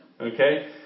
Okay